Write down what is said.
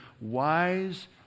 wise